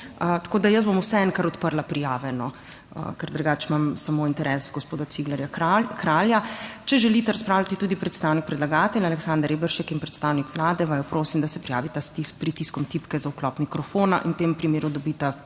tako da jaz bom vseeno kar odprla prijave. Ker drugače imam samo interes gospoda Ciglerja Kralja. Če želita razpravljati tudi predstavnik predlagatelja Aleksander Reberšek in predstavnik Vlade, vaju prosim, da se prijavita s pritiskom tipke za vklop mikrofona. V tem primeru dobita